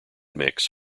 mix